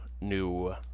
new